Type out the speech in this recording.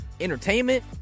entertainment